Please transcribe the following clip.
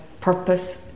purpose